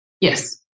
Yes